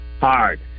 hard